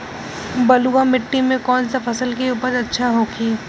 बलुआ मिट्टी में कौन सा फसल के उपज अच्छा होखी?